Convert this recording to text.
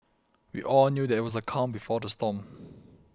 we all knew that it was the calm before the storm